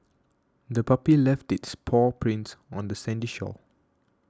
the puppy left its paw prints on the sandy shore